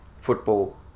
football